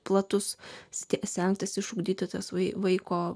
platus stengtis išugdyti tasai vaiko